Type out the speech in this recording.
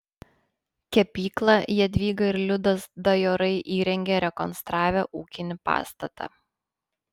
kepyklą jadvyga ir liudas dajorai įrengė rekonstravę ūkinį pastatą